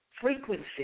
frequency